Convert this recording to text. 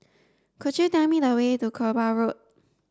could you tell me the way to Kerbau Road